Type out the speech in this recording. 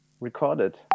recorded